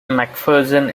macpherson